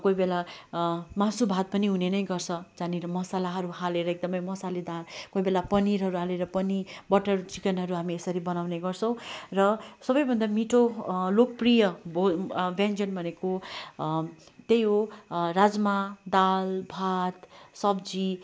कोही बेला मासु भात पनि हुने नै गर्छ जहाँनिर मसलाहरू हालेर एकदमै मसालेदार कोही बेला पनिरहरू हालेर पनि बटर चिकनहरू हामी यसरी बनाउने गर्छौँ र सबैभन्दा मिठो लोकप्रिय भो व्यञ्जन भनेको त्यही हो राज्मा दाल भात सब्जी